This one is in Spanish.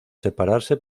separarse